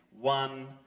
one